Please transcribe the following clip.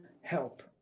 help